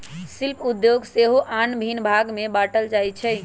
शिल्प उद्योग के सेहो आन भिन्न भाग में बाट्ल जाइ छइ